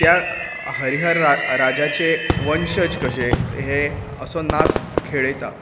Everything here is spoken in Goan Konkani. त्या हरीहर रा राजाचे वंशज कशें हें असो नाच खेळयता